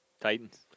Titans